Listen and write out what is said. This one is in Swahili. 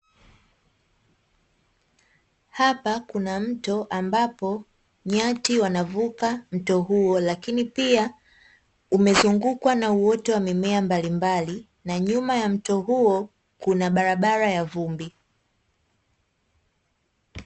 Hapa kuna mto ambapo nyati wanavuka mto huo, lakini pia umezungukwa na uoto wa mimea mbalimbali; na nyuma ya mto huo kuna barabara ya vumbi.